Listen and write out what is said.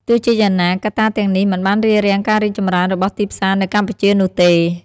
ទោះជាយ៉ាងណា កត្តាទាំងនេះមិនបានរារាំងការរីកចម្រើនរបស់ ទីផ្សារ នៅកម្ពុជានោះទេ។